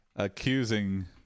Accusing